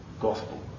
Gospel